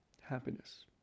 happiness